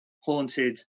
haunted